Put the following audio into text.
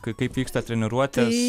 kaip vyksta treniruotės